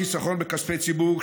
חיסכון בכספי ציבור,